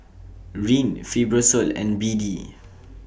Rene Fibrosol and B D